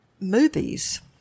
movies